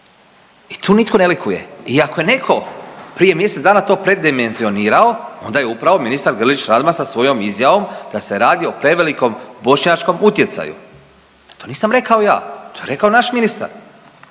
i tu nitko ne likuje i ako je neko prije mjesec dana to predimenzionirao onda je upravo ministar Grlić Radman sa svojom izjavom da se radi o prevelikom bošnjačkom utjecaju. To nisam rekao ja, to je rekao naš ministar